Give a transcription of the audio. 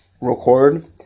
record